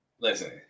Listen